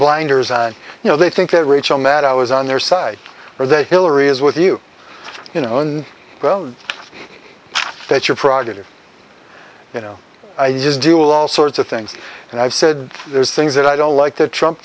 blinders you know they think that rachel maddow i was on their side or the hillary is with you you know and well that your project or you know i just do a lot of things and i've said there's things that i don't like to trump